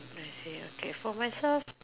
okay for myself